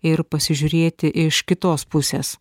ir pasižiūrėti iš kitos pusės